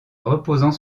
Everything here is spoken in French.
reposant